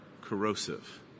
corrosive